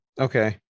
Okay